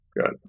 good